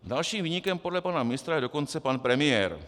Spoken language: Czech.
Dalším viníkem podle pana ministra je dokonce pan premiér.